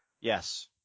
Yes